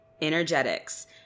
energetics